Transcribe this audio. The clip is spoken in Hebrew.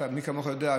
מי כמוך יודע,